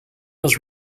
was